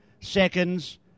seconds